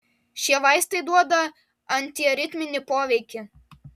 šie vaistai duoda antiaritminį poveikį